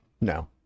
No